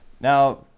now